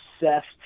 obsessed